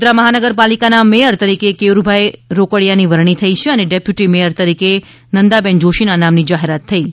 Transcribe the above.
વડોદરા મહાનગરપાલિકાના મેથર તરીકે કેયુરભાઇ રોકડીયાની વરણી થઇ છે અને ડેપ્યુટી મેથર તરીકે નંદાબેન જોશીના નામની જાહેરાત થઇ છે